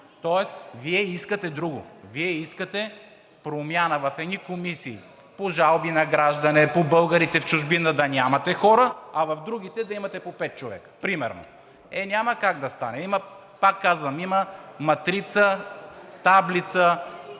Тоест Вие искате друго. Вие искате промяна в едни комисии – по жалбите на гражданите, по българите в чужбина да нямате хора, а в другите да имате по пет човека примерно. Е, няма как да стане. Пак казвам, има матрица, таблица,